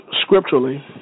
scripturally